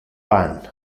pan